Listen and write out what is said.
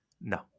No